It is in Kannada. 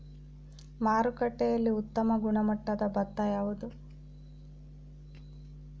ಮಾರುಕಟ್ಟೆಯಲ್ಲಿ ಉತ್ತಮ ಗುಣಮಟ್ಟದ ಭತ್ತ ಯಾವುದು?